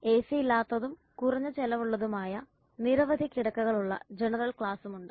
എസിയില്ലാത്തതും കുറഞ്ഞ ചെലവുള്ളതുമായ നിരവധി കിടക്കകളുള്ള ജനറൽ ക്ലാസ്സുമുണ്ട്